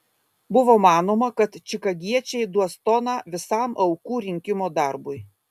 buvo manoma kad čikagiečiai duos toną visam aukų rinkimo darbui